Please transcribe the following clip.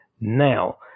Now